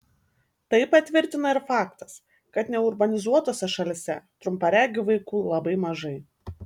tai patvirtina ir faktas kad neurbanizuotose šalyse trumparegių vaikų labai mažai